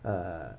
uh